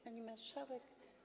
Pani Marszałek!